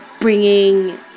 bringing